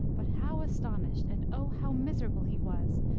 but how aston ished, and oh, how miserable he was,